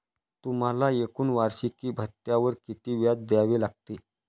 तुम्हाला एकूण वार्षिकी भत्त्यावर किती व्याज द्यावे लागले